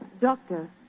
doctor